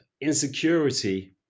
insecurity